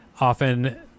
often